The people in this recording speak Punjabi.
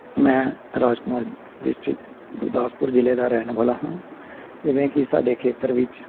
ਮੈਂ ਰਾਜ ਕੁਮਾਰ ਡਿਸਟ੍ਰਿਕਟ ਗੁਰਦਾਸਪੁਰ ਜ਼ਿਲ੍ਹੇ ਦਾ ਰਹਿਣ ਵਾਲਾ ਹਾਂ ਜਿਵੇਂ ਕਿ ਸਾਡੇ ਖੇਤਰ ਵਿੱਚ